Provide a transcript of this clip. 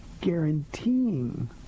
guaranteeing